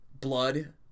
blood